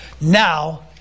now